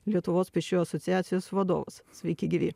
lietuvos pėsčiųjų asociacijos vadovas sveiki gyvi